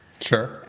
Sure